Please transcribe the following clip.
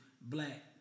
black